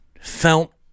felt